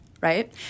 right